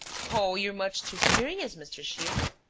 oh, you're much too curious, mr. shears,